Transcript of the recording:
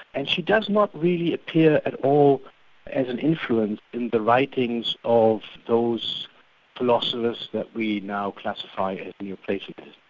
and she does not really appear at all as an influence in the writings of those philosophers that we now classify as neo-platonists.